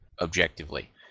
objectively